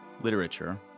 literature